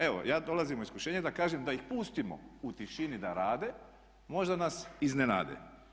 Evo ja dolazim u iskušenje da kažem da ih pustimo u tišini da rade možda nas iznenade.